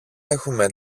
έχουμε